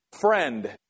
friend